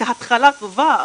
התחלה טובה,